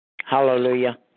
Hallelujah